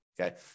Okay